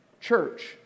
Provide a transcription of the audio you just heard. church